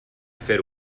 fer